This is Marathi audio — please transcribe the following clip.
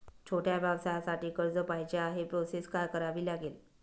छोट्या व्यवसायासाठी कर्ज पाहिजे आहे प्रोसेस काय करावी लागेल?